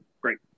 great